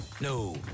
No